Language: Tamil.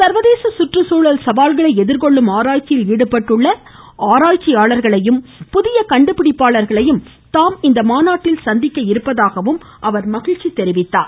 சர்வதேச சுற்றுச்சூழல் சவால்களை எதிர்கொள்ளும் ஆராய்ச்சியில் ஈடுபட்டுள்ள ஆராய்ச்சியாளர்களையும் புதிய கண்டுபிடிப்பாளர்களையும் தாம் இந்த மாநாட்டில் சந்திக்க இருப்பதாகவும் அவர் மகிழ்ச்சி தெரிவித்தார்